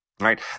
right